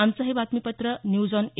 आमचं हे बातमीपत्र न्यूज ऑन ए